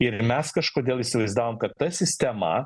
ir mes kažkodėl įsivaizdavom kad ta sistema